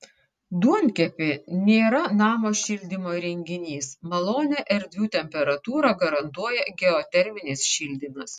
duonkepė nėra namo šildymo įrenginys malonią erdvių temperatūrą garantuoja geoterminis šildymas